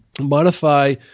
modify